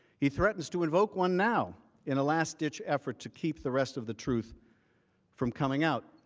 he threatens to invoke one now in a last-ditch effort to keep the rest of the truth from coming out.